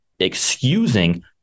excusing